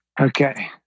Okay